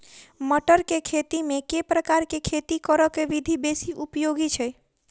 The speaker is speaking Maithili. मटर केँ खेती मे केँ प्रकार केँ खेती करऽ केँ विधि बेसी उपयोगी छै?